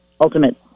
ultimate